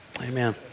Amen